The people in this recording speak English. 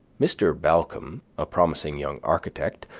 mr. balcom, a promising young architect,